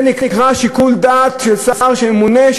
זה נקרא שיקול דעת של שר ממונה,